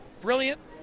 brilliant